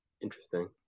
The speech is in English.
Interesting